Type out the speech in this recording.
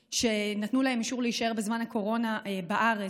שנתנו להם אישור להישאר בזמן הקורונה בארץ,